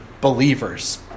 believers